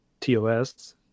TOS